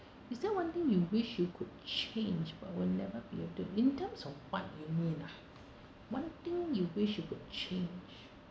is there one thing you wish you could change but will never be able to in terms of what you mean ah one thing you wish you could change